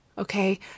Okay